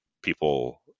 people